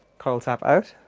carl tap out.